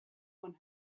one